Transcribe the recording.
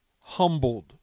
humbled